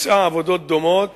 ביצעה עבודות דומות